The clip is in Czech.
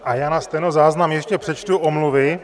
A já na stenozáznam ještě přečtu omluvy.